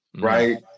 Right